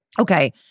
Okay